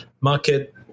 market